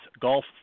Golf